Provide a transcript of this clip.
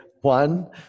One